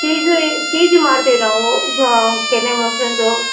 K ಜು ಏ ಕೆ ಜಿ ಮಾರ್ತೀವಿ ನಾವು ಹಾಂ ಕೆನೆ ಮೊಸರಿಂದು